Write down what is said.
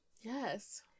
Yes